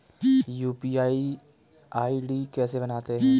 UPI ID कैसे बनाते हैं?